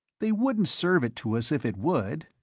they wouldn't serve it to us if it would.